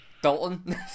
Dalton